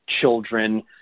children